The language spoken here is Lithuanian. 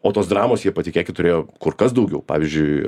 o tos dramos jie patikėkit turėjo kur kas daugiau pavyzdžiui